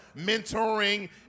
mentoring